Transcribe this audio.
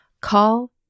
Call